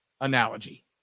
analogy